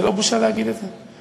זה לא בושה להגיד את זה.